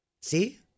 See